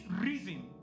reason